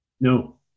No